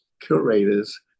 curators